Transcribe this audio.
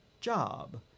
job